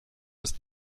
ist